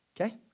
okay